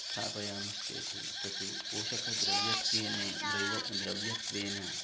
स्थापयामश्चेत् तत् पोषकं द्रव्यत्वेन द्रैवं द्रव्यत्वेन